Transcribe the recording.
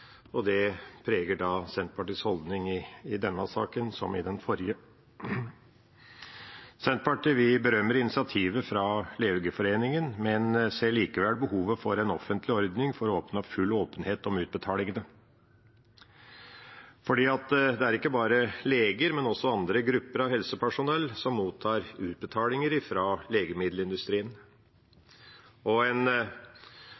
og det preger Senterpartiets holdning i denne saken, som i den forrige. Senterpartiet berømmer initiativet fra Legeforeningen, men ser likevel behovet for en offentlig ordning for å oppnå full åpenhet om utbetalingene, for det er ikke bare leger, men også andre grupper av helsepersonell som mottar utbetalinger fra legemiddelindustrien.